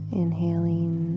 inhaling